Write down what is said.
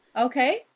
Okay